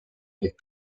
ehk